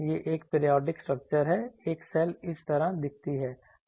यह एक periodic structure है एक सेल इस तरह दिखती है